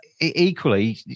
Equally